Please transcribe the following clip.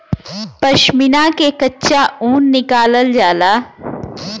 पश्मीना से कच्चा ऊन निकालल जाला